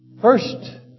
First